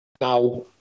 Now